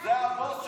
זה הבוס שלך.